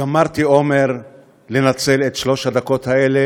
גמרתי אומר לנצל את שלוש הדקות האלה